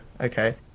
okay